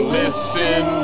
listen